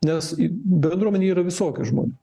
nes bendruomenėje yra visokių žmonių